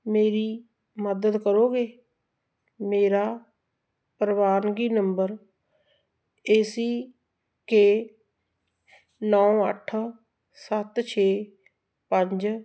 ਮੇਰੀ ਮਦਦ ਕਰੋਗੇ ਮੇਰਾ ਪ੍ਰਵਾਨਗੀ ਨੰਬਰ ਏ ਸੀ ਕੇ ਨੌਂ ਅੱਠ ਸੱਤ ਛੇ ਪੰਜ